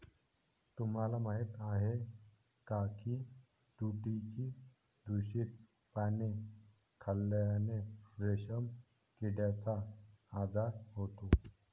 तुम्हाला माहीत आहे का की तुतीची दूषित पाने खाल्ल्याने रेशीम किड्याचा आजार होतो